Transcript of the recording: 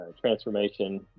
transformation